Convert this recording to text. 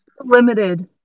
Limited